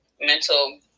mental